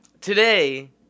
today